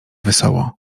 wesoło